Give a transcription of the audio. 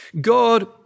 God